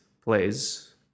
plays